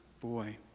boy